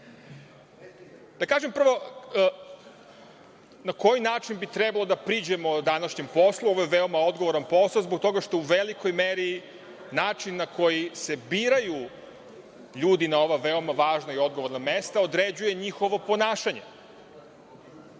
kažem prvo na koji način bi trebalo da priđemo današnjem poslu. Ovo je veoma odgovoran posao zbog toga što u velikoj meri način na koji se biraju ljudi na ova veoma važna i odgovorna mesta određuje njihovo ponašanje.